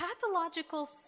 pathological